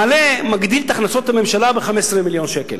מגדיל את הכנסות הממשלה ב-15 מיליון שקל.